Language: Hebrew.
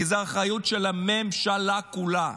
כי זו האחריות של הממשלה כולה.